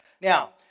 Now